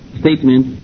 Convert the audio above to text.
statement